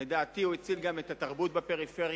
לדעתי הוא הציל גם את התרבות בפריפריה.